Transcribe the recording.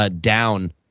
down